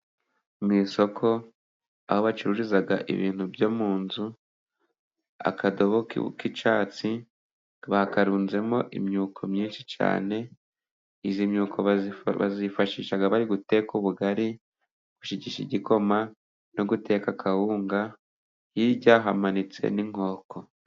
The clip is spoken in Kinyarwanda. Mu isoko，aho bacururiza ibintu byo mu nzu， akadobo k'icyatsi bakarunzemo imyuko myinshi cyane， iyi myuko， bayifashisha bari guteka ubugari， bashigisha igikoma，no guteka kawunga， hirya hamanitse n'inkoko.